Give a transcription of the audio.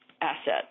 asset